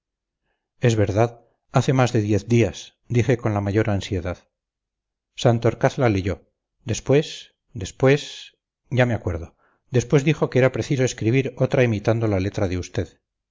es verdad hace más de diez días dije con la mayor ansiedad santorcaz la leyó después después ya me acuerdo después dijo que era preciso escribir otra imitando la letra de usted